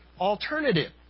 alternative